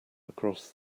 across